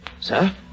sir